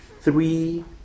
three